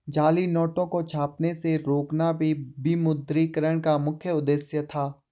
जाली नोटों को छपने से रोकना भी विमुद्रीकरण का मुख्य उद्देश्य था